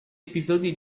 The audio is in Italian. episodi